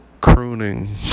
crooning